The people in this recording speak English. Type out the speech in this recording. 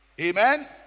Amen